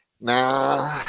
nah